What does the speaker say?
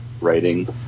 writing